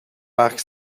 parc